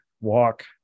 walk